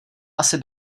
asi